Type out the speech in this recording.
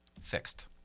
Fixed